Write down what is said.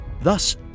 Thus